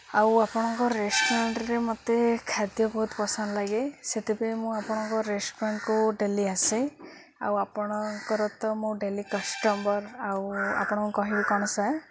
ଆଉ ଆପଣଙ୍କ ରେଷ୍ଟୁରାଣ୍ଟ୍ରେ ମୋତେ ଖାଦ୍ୟ ବହୁତ ପସନ୍ଦ ଲାଗେ ସେଥିପାଇଁ ମୁଁ ଆପଣଙ୍କ ରେଷ୍ଟୁରାଣ୍ଟ୍କୁ ଡେଲି ଆସେ ଆଉ ଆପଣଙ୍କର ତ ମୁଁ ଡେଲି କଷ୍ଟମର୍ ଆଉ ଆପଣଙ୍କୁ କହିବି କ'ଣ ସାର୍